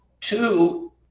two